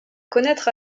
connaître